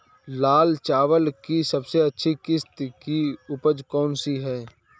लाल चावल की सबसे अच्छी किश्त की उपज कौन सी है?